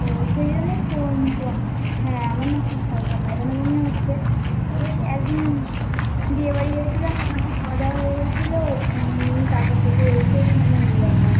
ও সেই জন্যই ফোন ক হ্যাঁ আমার না খুব ফায়গা পায়খানা বমি হচ্ছে ওই এক দিন বিয়ে বাড়ি গিয়েছিলাম অনেক খাওয়া দাওয়া হয়ে গিয়েছিলো তারপর থেকে এসেই মানে এই রকম